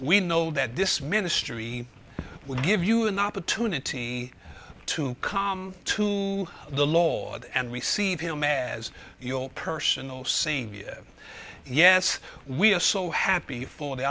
we know that this ministry will give you an opportunity to come to the law and receive him as your personal senior yes we are so happy for the